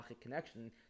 connection